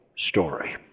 story